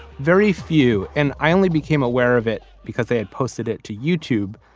very few. and i only became aware of it because they had posted it to youtube,